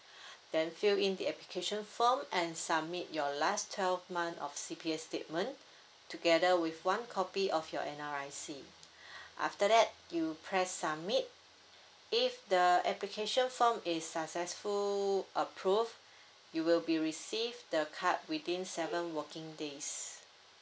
then fill in the application form and submit your last twelve month of C_P_S statement together with one copy of your NRIC after that you press submit if the application form is successful approve you will be received the card within seven working days